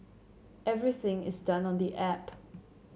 everything is done on the app